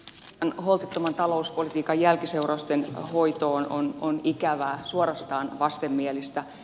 kreikan holtittoman talouspolitiikan jälkiseurausten hoito on ikävää suorastaan vastenmielistä